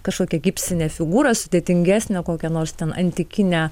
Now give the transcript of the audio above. kažkokią gipsinę figūrą sudėtingesnę kokia nors ten antikinę